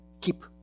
keep